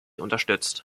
unterstützt